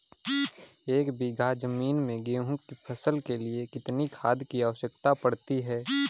एक बीघा ज़मीन में गेहूँ की फसल के लिए कितनी खाद की आवश्यकता पड़ती है?